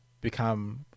become